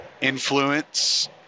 influence